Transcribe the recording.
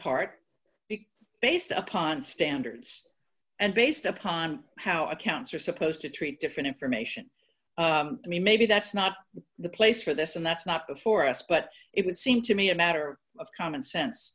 part based upon standards and based upon how accounts are supposed to treat different information i mean maybe that's not the place for this and that's not a for us but it would seem to me a matter of common sense